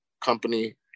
company